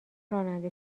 راننده